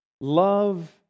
Love